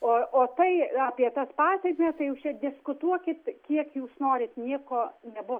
o o tai apie tas pasekmes tai jūs čia diskutuokit kiek jūs norit nieko nebus